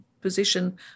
position